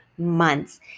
months